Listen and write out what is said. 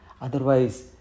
Otherwise